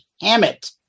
Hammett